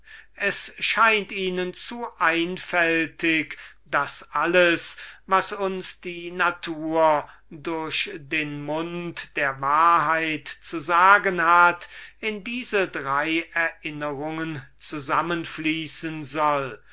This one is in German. es scheint ihnen zu einfältig daß alles was ihnen die natur durch den mund der weisheit zu sagen hat in diese drei erinnerungen zusammen fließen soll